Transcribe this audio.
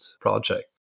project